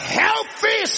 healthy